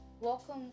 welcome